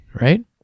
Right